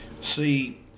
See